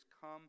Come